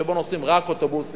שבו נוסעים רק אוטובוסים,